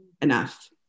enough